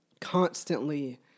constantly